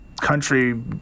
country